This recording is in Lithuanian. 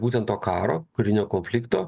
būtent to karo karinio konflikto